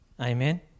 Amen